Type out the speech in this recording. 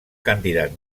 candidat